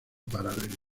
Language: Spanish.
paralelo